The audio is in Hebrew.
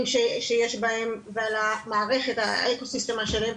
שיש בהם ועל המערכת האקו סיסטמה השלם.